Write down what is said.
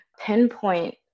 pinpoint